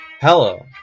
Hello